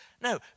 No